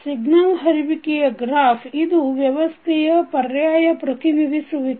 signal ಹರಿವಿಕೆಯ graph ಇದು ವ್ಯವಸ್ಥೆಯ ಪರ್ಯಾಯ ಪ್ರತಿನಿಧಿಸುವಿಕೆ